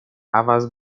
عوض